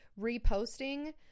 reposting